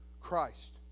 Christ